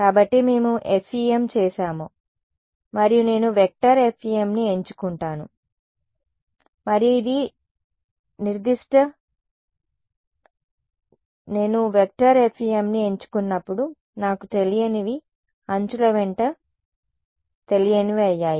కాబట్టి మేము FEM చేసాము మరియు నేను వెక్టార్ FEMని ఎంచుకుంటాను మరియు ఇది నిర్దిష్ట హక్కు నేను వెక్టార్ FEMని ఎంచుకున్నప్పుడు నాకు తెలియనివి అంచుల వెంట తెలియనివి అయ్యాయి